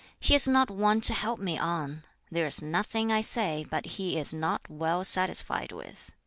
he is not one to help me on there is nothing i say but he is not well satisfied with.